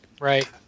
Right